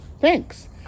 Thanks